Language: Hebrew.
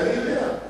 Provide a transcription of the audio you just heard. את זה אני יודע.